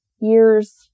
years